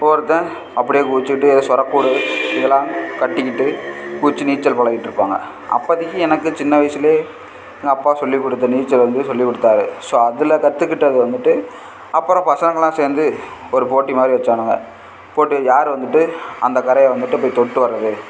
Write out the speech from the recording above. அப்போது ஒருத்தன் அப்படியே குளிச்சுட்டு எதை சொரக்கூடு இதெல்லாம் கட்டிக்கிட்டு குளித்து நீச்சல் பழகிட்ருப்பாங்க அப்போதிக்கி எனக்கு சின்ன வயசுலே எங்கள் அப்பா சொல்லி கொடுத்த நீச்சல் வந்து சொல்லி கொடுத்தாரு ஸோ அதில் கற்றுக்கிட்டது வந்துட்டு அப்புறம் பசங்களாம் சேந்து ஒரு போட்டி மாதிரி வச்சானுங்கள் போட்டியில் யார் வந்துட்டு அந்த கரையை வந்துட்டு போய் தொட்டு வர்றது